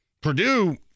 Purdue